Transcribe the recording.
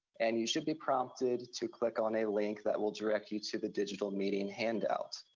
and you should be prompted to click on a link that will direct you to the digital meeting handout.